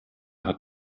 hat